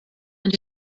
and